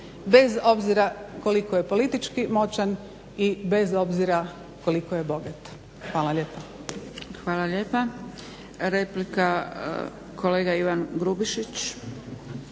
bez obzira koliko je politički moćan i bez obzira koliko je bogat. Hvala lijepa. **Zgrebec, Dragica (SDP)** Hvala lijepa. Replika, kolega Ivan Grubišić.